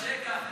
קשה ככה.